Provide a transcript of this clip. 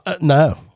No